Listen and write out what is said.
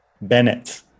Bennett